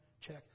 check